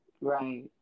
Right